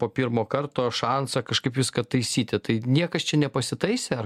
po pirmo karto šansą kažkaip viską taisyti tai niekas čia nepasitaisė ar